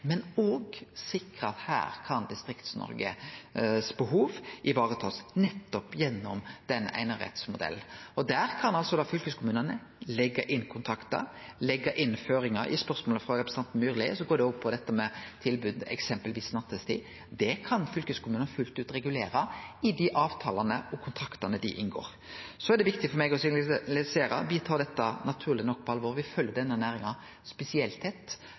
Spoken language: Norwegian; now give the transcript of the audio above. men òg å sikre at her kan Distrikts-Noreg sitt behov bli vareteke nettopp gjennom einerettsmodellen. Der kan altså fylkeskommunane leggje inn kontraktar og leggje inn føringar. Spørsmålet frå representanten Myrli går òg på dette med tilbod eksempelvis nattetid. Det kan fylkeskommunane fullt ut regulere i dei avtalane og kontraktane dei inngår. Så er det viktig for meg å signalisere at me tar dette, naturleg nok, på alvor. Me følgjer denne næringa spesielt tett.